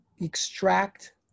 extract